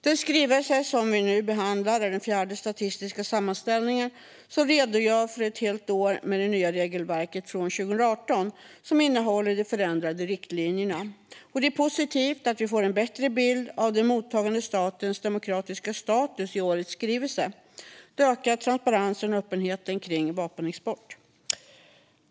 Den skrivelse som vi nu behandlar är den fjärde statistiska sammanställning som redogör för ett helt år med det nya regelverket från 2018 och innehåller de ändrade riktlinjerna. Det är positivt att vi får en bättre bild av den mottagande statens demokratiska status i årets skrivelse. Det ökar transparensen och öppenheten kring vapenexporten.